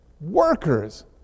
workers